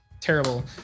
Terrible